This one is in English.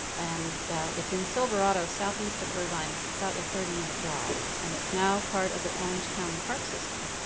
and it's in silverado, southeast of irvine. it's about a thirty minute drive and it's now part of the orange county park system.